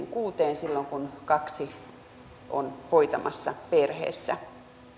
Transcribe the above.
kuuteen silloin kun kaksi on hoitamassa perheessä